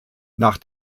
nach